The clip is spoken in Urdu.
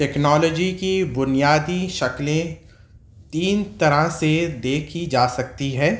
ٹیکنالوجی کی بنیادی شکلیں تین طرح سے دیکھی جا سکتی ہے